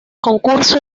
concurso